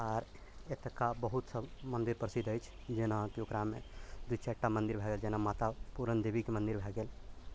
आर एतुका बहुत सभ मन्दिर प्रसिद्ध अछि जेनाकि ओकरामे दू चारिटा मन्दिर भए गेल जेना माता पुरनदेबीके मन्दिर भए गेल